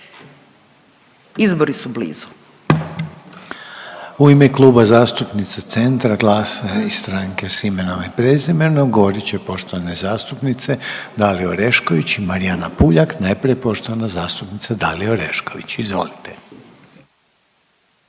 Izbori su blizu.